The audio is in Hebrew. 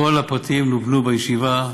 כל הפרטים לובנו בישיבה,